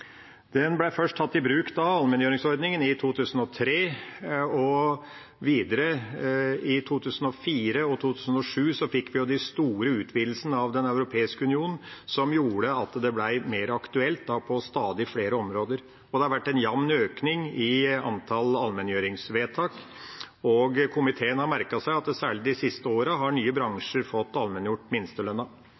Den europeiske union, som gjorde at den ble mer aktuell på stadig flere områder. Det har vært en jevn økning i antall allmenngjøringsvedtak, og komiteen har merket seg at nye bransjer særlig de siste årene har fått